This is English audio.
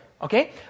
Okay